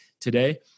today